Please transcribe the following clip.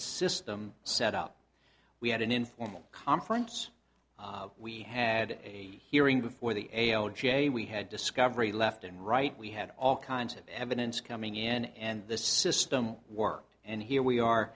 system set up we had an informal conference we had a hearing before the l g a we had discovery left and right we had all kinds of evidence coming in and the system worked and here we are